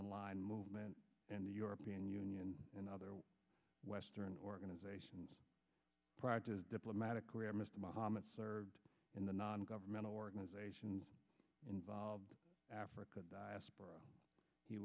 nonaligned movement and the european union and other western organizations prior to diplomatic career mr mohammad served in the non governmental organizations involved in african diaspora he